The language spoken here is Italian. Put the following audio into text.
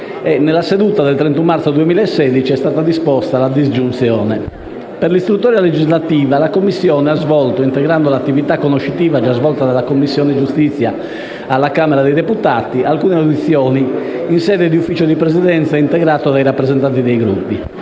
nella seduta del 31 marzo 2016 è stata disposta la disgiunzione. Per l'istruttoria legislativa la Commissione ha svolto, integrando l'attività conoscitiva già svolta dalla Commissione giustizia della Camera dei deputati, alcune audizioni in sede di Ufficio di Presidenza integrato dai rappresentanti dei Gruppi.